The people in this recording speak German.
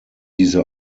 diese